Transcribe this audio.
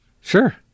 Sure